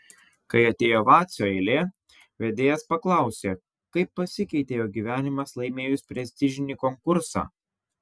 kai atėjo vacio eilė vedėjas paklausė kaip pasikeitė jo gyvenimas laimėjus prestižinį konkursą